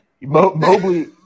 Mobley